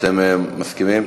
אתם מסכימים?